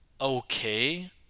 okay